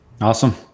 Awesome